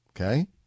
Okay